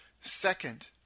Second